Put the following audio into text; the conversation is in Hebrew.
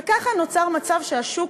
וככה נוצר מצב שהשוק